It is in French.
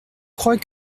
crois